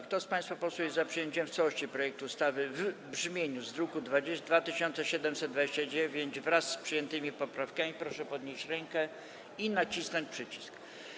Kto z państwa posłów jest za przyjęciem w całości projektu ustawy w brzmieniu z druku nr 2729, wraz z przyjętymi poprawkami, proszę podnieść rękę i nacisnąć przycisk.